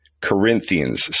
Corinthians